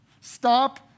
Stop